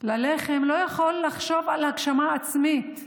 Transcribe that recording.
ללחם לא יכול לחשוב על הגשמה עצמית.